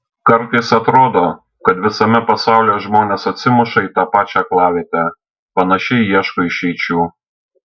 kartais atrodo kad visame pasaulyje žmonės atsimuša į tą pačią aklavietę panašiai ieško išeičių